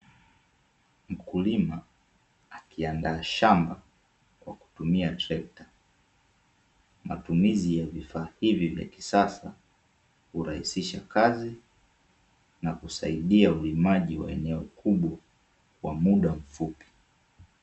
Mkulima akiandaa shamba kwa kutumia trekta, matumizi ya vifaa hivi vya kisasa hurahisisha kazi na kusaidia ulimaji wa eneo kubwa kwa muda mfupi.